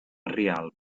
rialp